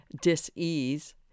dis-ease